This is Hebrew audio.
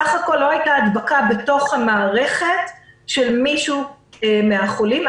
בסך הכול לא הייתה הדבקה בתוך המערכת של מישהו מן החולים,